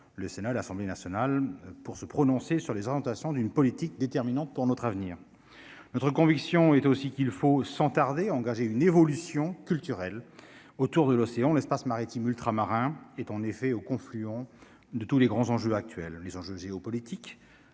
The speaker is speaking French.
le Sénat, l'Assemblée nationale pour se prononcer sur les orientations d'une politique déterminante pour notre avenir, notre conviction est aussi qu'il faut sans tarder, engager une évolution culturelle autour de l'océan, l'espace maritime ultramarins est en effet au confluent de tous les grands enjeux actuels les enjeux géopolitiques